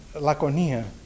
Laconia